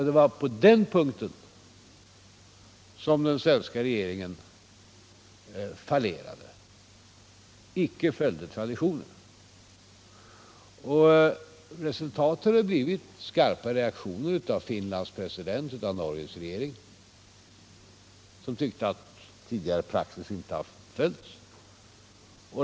Det var på den punkten som den svenska regeringen fallerade och icke följde traditionen. Resultatet har blivit skarpa reaktioner från Finlands president och Norges regering, som tyckte att tidigare praxis inte hade följts.